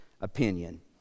opinion